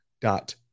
dot